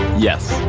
yes.